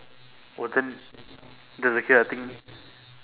oh then that's the case I think